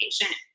patient